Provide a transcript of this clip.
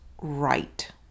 right